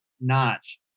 notch